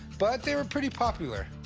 but they were pretty popular,